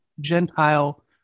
Gentile